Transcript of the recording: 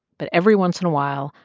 but every once in a while,